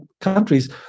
countries